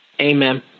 Amen